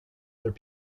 their